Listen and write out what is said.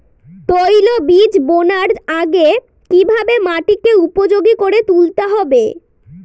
তৈলবীজ বোনার আগে কিভাবে মাটিকে উপযোগী করে তুলতে হবে?